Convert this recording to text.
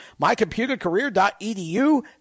Mycomputercareer.edu